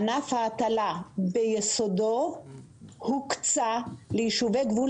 ענף ההטלה ביסודו הוקצה ליישובי גבול